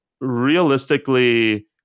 realistically